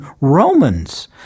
Romans